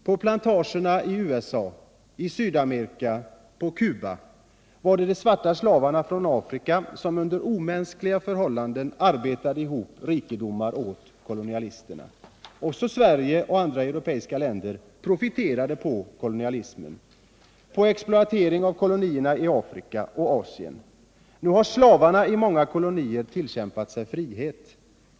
På plantagerna i USA, i Sydamerika och på Cuba var det de svarta slavarna från Afrika som under omänskliga förhållanden arbetade ihop rikedomar åt kolonialisterna. Också Sverige och andra europeiska länder profiterade på kolonialismen, på exploateringen av kolonierna i Afrika och Asien. Nu har slavarna i många kolonier tillkämpat sig frihet.